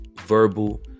verbal